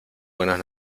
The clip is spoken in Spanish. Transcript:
buenos